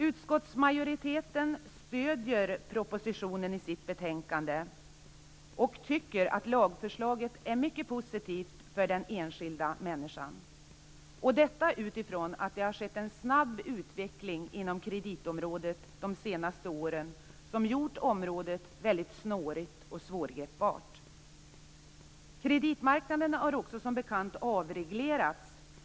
Utskottsmajoriteten stöder propositionen i sitt betänkande och tycker att lagförslaget är mycket positivt för den enskilda människan - detta utifrån att det har skett en snabb utveckling inom kreditområdet de senaste åren som gjort området snårigt och svårgreppbart. Kreditmarknaden har också avreglerats, som bekant,